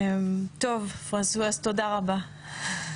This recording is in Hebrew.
פרנסואז, תודה רבה.